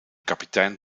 kapitein